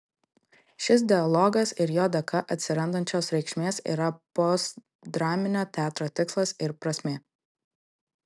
šis dialogas ir jo dėka atsirandančios reikšmės yra postdraminio teatro tikslas ir prasmė